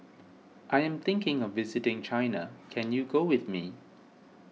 I am thinking of visiting China can you go with me